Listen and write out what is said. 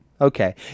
Okay